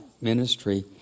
ministry